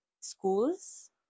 schools